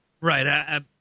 Right